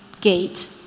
gate